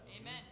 Amen